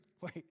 wait